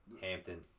Hampton